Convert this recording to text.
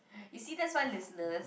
you see that's why listeners